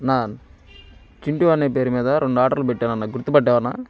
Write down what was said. అన్నా చింటి అనే పేరు మీద రెండు ఆర్డర్లు పెట్టానన్న గుర్తుపట్టావా అన్నా